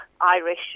Irish